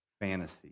fantasy